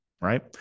right